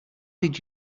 did